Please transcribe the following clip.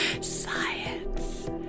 Science